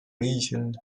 region